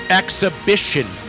exhibition